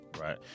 right